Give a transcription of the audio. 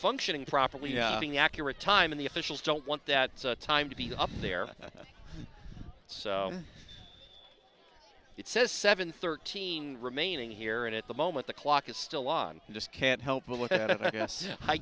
functioning properly being accurate time in the officials don't want that time to be up there so it says seven thirteen remaining here and at the moment the clock is still on you just can't help